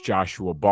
Joshua